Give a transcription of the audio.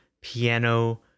piano